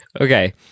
Okay